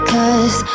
Cause